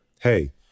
hey